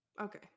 Okay